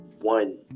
one